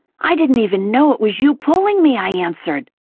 i didn't even know was you pulling me! i answered.